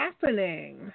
happening